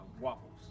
waffles